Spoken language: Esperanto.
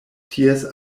ties